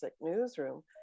newsroom